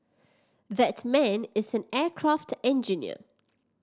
that man is an aircraft engineer